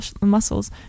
muscles